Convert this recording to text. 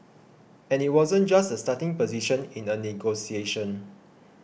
and it wasn't just a starting position in a negotiation